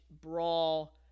brawl